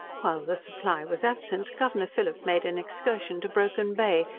while the supply was absent, governor phillip made an excursion to broken bay,